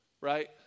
Right